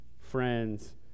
friends